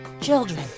children